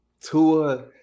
Tua